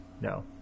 No